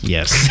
Yes